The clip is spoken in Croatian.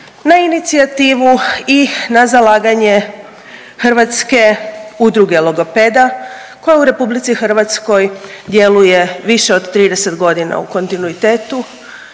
na inicijativu i na zalaganje Hrvatske udruge logopeda koja u RH djeluje više od 30 godina u kontinuitetu,